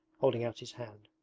holding out his hand.